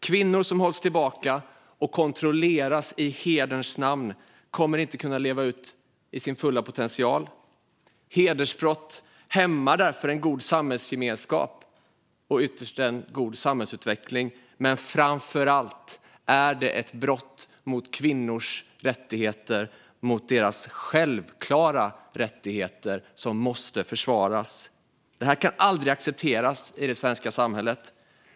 Kvinnor som hålls tillbaka och kontrolleras i hederns namn kommer inte att kunna leva ut sin fulla potential. Hedersbrott hämmar därför en god samhällsgemenskap och ytterst en god samhällsutveckling. Framför allt är detta ett brott mot kvinnors självklara rättigheter som måste försvaras. Det här kan aldrig accepteras i det svenska samhället.